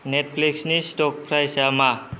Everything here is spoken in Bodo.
नेटफ्लिक्सनि स्ट'क प्राइसआ मा